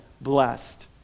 blessed